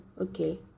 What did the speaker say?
okay